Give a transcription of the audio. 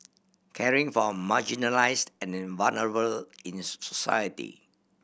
caring for marginalised and vulnerable in society